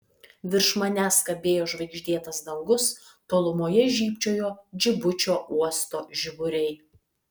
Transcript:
virš manęs kabėjo žvaigždėtas dangus tolumoje žybčiojo džibučio uosto žiburiai